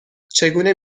چگونه